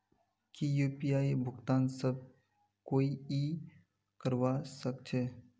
की यु.पी.आई भुगतान सब कोई ई करवा सकछै?